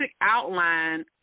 outline